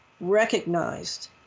recognized